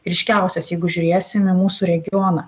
ryškiausias jeigu žiūrėsim į mūsų regioną